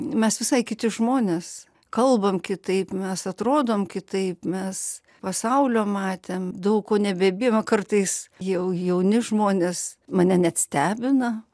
mes visai kiti žmonės kalbam kitaip mes atrodom kitaip mes pasaulio matėm daug ko nebebijome kartais jau jauni žmonės mane net stebina